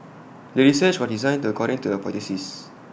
the research was designed according to the hypothesis